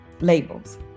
labels